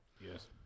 Yes